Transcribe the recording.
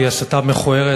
והיא הסתה מכוערת,